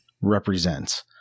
represents